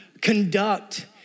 conduct